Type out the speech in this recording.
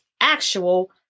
actual